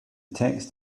text